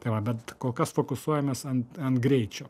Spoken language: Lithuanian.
tai va bet kol kas fokusuojamės ant ant greičio